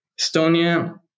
Estonia